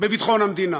בביטחון המדינה.